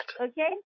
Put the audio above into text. Okay